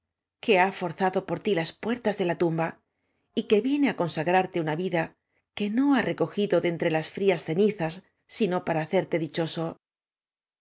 que ha forzado por ti las puertas de la tumba y que viene á consagrarte aoa vida que no ha recogido de entre las frías cenizas sino para hacerte dichoso